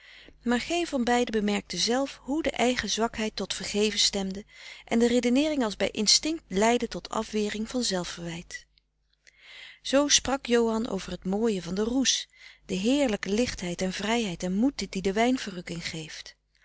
maar geen van beide bemerkte zelf hoe de eigen zwakheid tot vergeven stemde en de redeneering als bij instinkt leidde tot afwering van zelfverwijt zoo sprak johan over t mooie van den roes de heerlijke lichtheid en vrijheid en moed die de wijn verrukking geeft